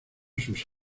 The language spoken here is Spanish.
sus